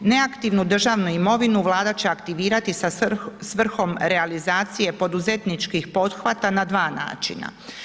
Neaktivnu državnu imovinu Vlada će aktivirati sa svrhom realizacije poduzetničkih pothvata na dva načina.